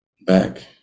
back